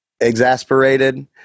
exasperated